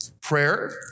Prayer